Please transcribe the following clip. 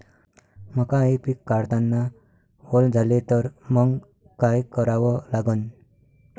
मका हे पिक काढतांना वल झाले तर मंग काय करावं लागन?